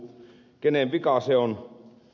kenen vika se on